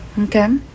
Okay